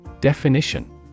Definition